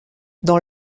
dans